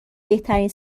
بهترین